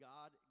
God